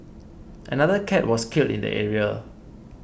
another cat was killed in the area